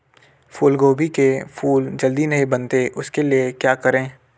फूलगोभी के फूल जल्दी नहीं बनते उसके लिए क्या करें?